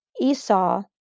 Esau